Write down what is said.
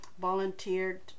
volunteered